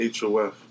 HOF